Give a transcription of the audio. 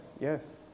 yes